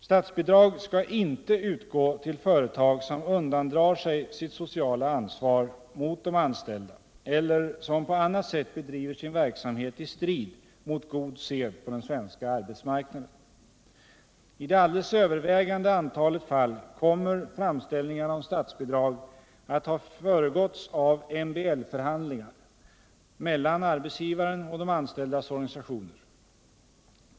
Statsbidrag skall inte utgå till företag som undandrar sig sitt sociala ansvar mot de anställda eller som på annat sätt bedriver sin verksamhet i strid mot god sed på den svenska arbetsmarknaden. I det alldeles övervägande antalet fall kommer framställningar om statsbidrag att ha föregåtts av MBL-förhandlingar mellan arbetsgivaren och de anställdas organisationer.